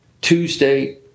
tuesday